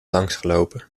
langsgelopen